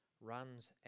runs